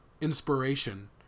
inspiration